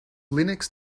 linux